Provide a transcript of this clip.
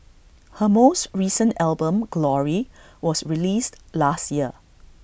her most recent album glory was released last year